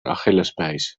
achillespees